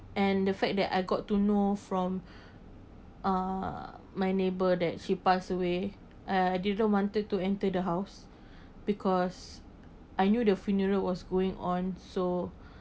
and the fact that I got to know from uh my neighbour that she pass away I I didn't wanted to enter the house because I knew the funeral was going on so